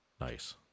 nice